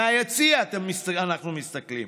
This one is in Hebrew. מהיציע אנחנו מסתכלים.